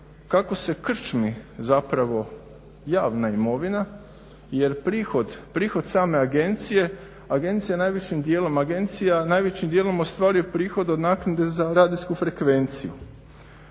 kako se u krčmi zapravo javna imovina, jer prihod, prihod same agencije, agencija najvećim djelom ostvaruje prihod od naknade za radijsku frekvenciju.